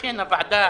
לכן הוועדה,